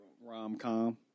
Rom-com